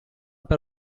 per